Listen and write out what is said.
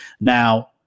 Now